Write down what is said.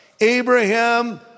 Abraham